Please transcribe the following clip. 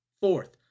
Fourth